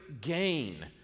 gain